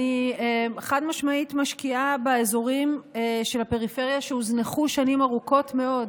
חד-משמעית אני משקיעה באזורים של הפריפריה שהוזנחו שנים ארוכות מאוד.